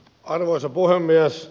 arvoisa puhemies